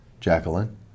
Jacqueline